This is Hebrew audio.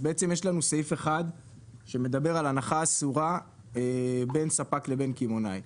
אז בעצם יש לנו סעיף אחד שמדבר על הנחה אסורה בין ספק לבין קמעונאי,